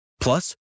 Plus